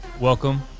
Welcome